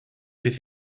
bydd